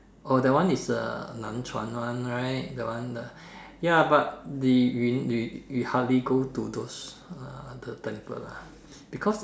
oh that one is uh nan chuan one right that one the ya but the Yun we hardly go to those temple lah because